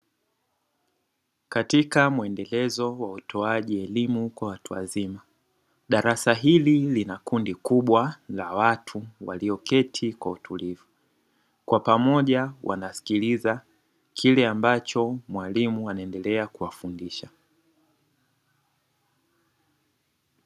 Katika muendelezo wa utoaji elimu kwa watu wazima darasa hili lina kundi kubwa la watu walioketi kwa utulivu kwa pamoja wanasikiliza kile ambacho mwalimu anaendelea kuwafundisha.